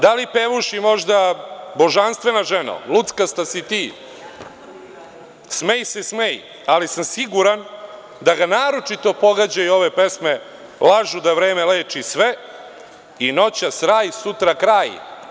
Da li pevuši možda – „Božanstvena ženo“, „Luckasta si ti“, „Smej se, smej“, ali sam siguran da ga naročito pogađaju ove pesme – „Lažu da vreme leči sve“ i „Noćas raj, sutra kraj“